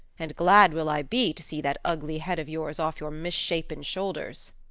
and glad will i be to see that ugly head of yours off your misshapen shoulders.